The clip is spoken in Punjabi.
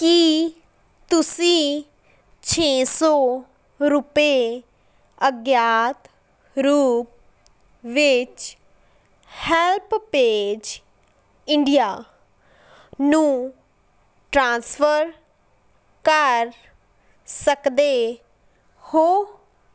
ਕੀ ਤੁਸੀਂਂ ਛੇ ਸੌ ਰੁਪਏ ਅਗਿਆਤ ਰੂਪ ਵਿੱਚ ਹੈਲਪ ਪੇਜ ਇੰਡੀਆ ਨੂੰ ਟ੍ਰਾਂਸਫਰ ਕਰ ਸਕਦੇ ਹੋ